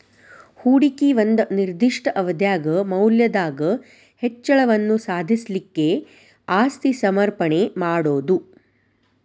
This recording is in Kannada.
ಹೂಡಿಕಿ ಒಂದ ನಿರ್ದಿಷ್ಟ ಅವಧ್ಯಾಗ್ ಮೌಲ್ಯದಾಗ್ ಹೆಚ್ಚಳವನ್ನ ಸಾಧಿಸ್ಲಿಕ್ಕೆ ಆಸ್ತಿ ಸಮರ್ಪಣೆ ಮಾಡೊದು